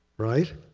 right?